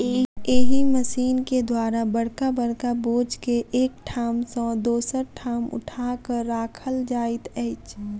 एहि मशीन के द्वारा बड़का बड़का बोझ के एक ठाम सॅ दोसर ठाम उठा क राखल जाइत अछि